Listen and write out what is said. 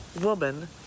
woman